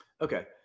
Okay